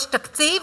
יש תקציב,